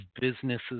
businesses